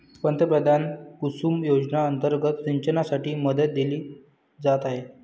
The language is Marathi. पंतप्रधान कुसुम योजना अंतर्गत सिंचनासाठी मदत दिली जात आहे